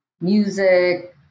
music